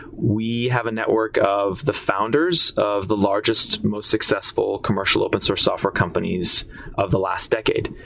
we have a network of the founders of the largest, most successful commercial open source software companies of the last decade,